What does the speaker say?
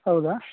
ಹೌದಾ